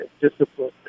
discipline